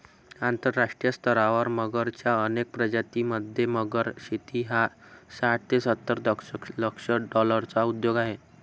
आंतरराष्ट्रीय स्तरावर मगरच्या अनेक प्रजातीं मध्ये, मगर शेती हा साठ ते सत्तर दशलक्ष डॉलर्सचा उद्योग आहे